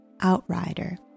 Outrider